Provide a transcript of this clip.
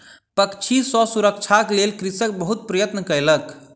पक्षी सॅ सुरक्षाक लेल कृषक बहुत प्रयत्न कयलक